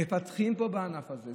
מפתחים פה בענף הזה.